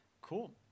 Cool